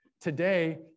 today